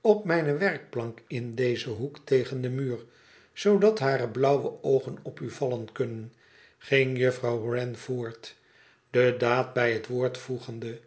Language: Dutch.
op mijne werkplank in dezen hoek tegen den muur zoodat hare blauwe oogen op u vallen kunnen ging juffrouw wren voort de daad bij het woord voegende